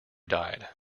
died